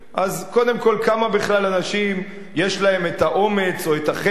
אז קודם כול, כמה אנשים בכלל יש להם האומץ או החשק